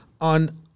on